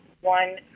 one